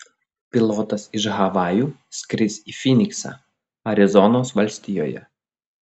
pilotas iš havajų skris į fyniksą arizonos valstijoje